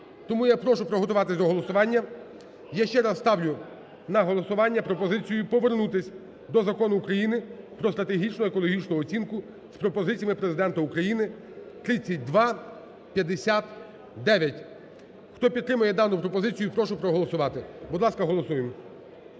Тому я прошу приготуватись до голосування. Я ще раз ставлю на голосування пропозицію повернутись до Закону України "Про стратегічну екологічну оцінку" з пропозиціями Президента України (3259). Хто підтримує дану пропозицію, прошу проголосувати. Будь ласка, голосуємо.